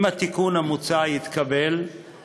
אם התיקון המוצע יתקבל,